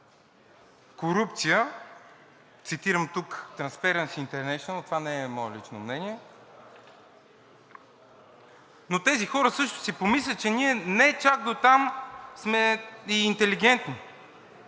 корупция – цитирам Transparency International – това не е лично мое мнение, но тези хора също ще си помислят, че ние не чак дотам сме и интелигентни.